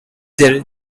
their